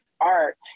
art